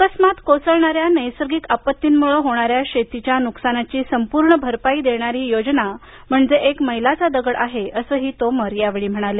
अकस्मात कोसळणाऱ्या नैसर्गिक आपत्तींमुळे होणाऱ्या शेतीच्या नुकसानाची संपूर्ण भरपाई देणारी ही योजना म्हणजे एक मैलाचा दगड आहे असंही तोमर यावेळी म्हणाले